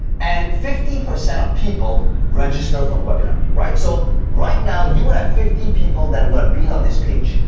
and fifty percent of people register for the webinar, right? so right now, you would have fifty people that would be on this page.